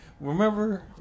Remember